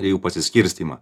jų pasiskirstymą